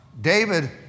David